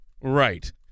Right